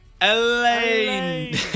Elaine